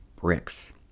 bricks